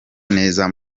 neza